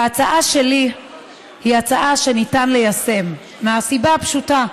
ההצעה שלי היא הצעה שניתן ליישם, מסיבה פשוטה: